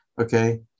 Okay